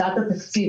הצעת התקציב,